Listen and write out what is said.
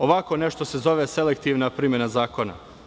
Ovako nešto se zove selektivna primena zakona.